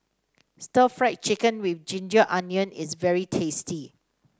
Stir Fried Chicken with ginger onion is very tasty